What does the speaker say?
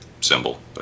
symbol